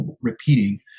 repeating